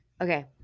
okay